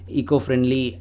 eco-friendly